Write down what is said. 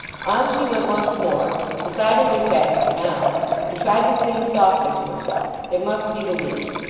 on she went once more decidedly faster now and tried to sing softly to herself. it must be the wind.